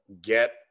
get